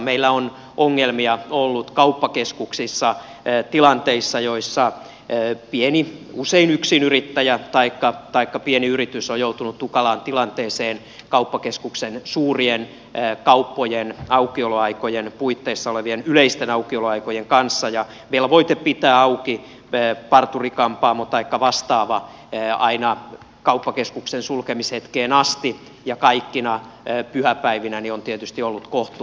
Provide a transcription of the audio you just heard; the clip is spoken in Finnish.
meillä on ongelmia ollut kauppakeskuksissa tilanteissa joissa usein yksinyrittäjä taikka pieni yritys on joutunut tukalaan tilanteeseen kauppakeskuksen suurien kauppojen aukioloaikojen puitteissa olevien yleisten aukioloaikojen kanssa ja velvoite pitää auki parturi kampaamo taikka vastaava aina kauppakeskuksen sulkemishetkeen asti ja kaikkina pyhäpäivinä on tietysti ollut kohtuuton